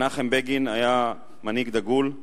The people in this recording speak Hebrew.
מנחם בגין היה מנהיג דגול,